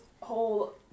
whole